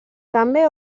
també